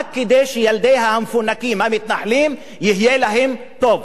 רק כדי שילדיה המפונקים, המתנחלים, יהיה להם טוב.